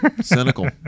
Cynical